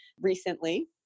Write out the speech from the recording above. recently